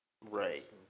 Right